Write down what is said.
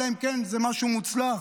אלא אם כן זה משהו מוצלח,